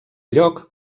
lloc